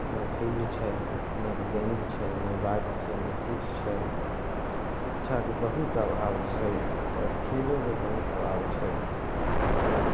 ने फिल्ड छै ने गेन्द छै ने बैट छै ने किछु छै शिक्षाके बहुत अभाव छै आओर खेलोमे बहुत अभाव छै ओ